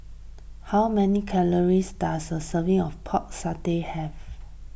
how many calories does a serving of Pork Satay have